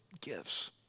gifts